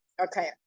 Okay